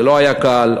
זה לא היה קל,